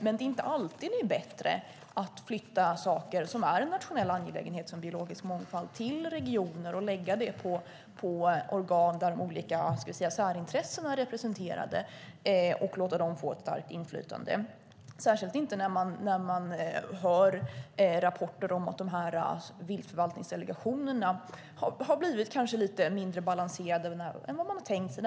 Men det är inte alltid att det är bättre att flytta saker som är en nationell angelägenhet, som biologisk mångfald, till regioner och lägga det på organ där de olika särintressena är representerade och låta dem få ett starkt inflytande, särskilt inte när man hör rapporter om att de här viltförvaltningsdelegationerna kanske har blivit lite mindre balanserade än vad man har tänkt sig.